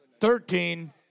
thirteen